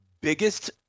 biggest